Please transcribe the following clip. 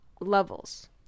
levels